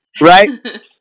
right